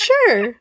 Sure